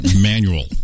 Manual